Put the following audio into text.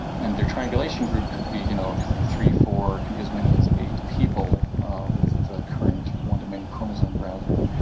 and the triangulation group could be, you know, it could be three, four, could be as many as eight people with the current one-to-many chromosome browser.